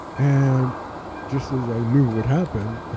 and just as i knew would happen,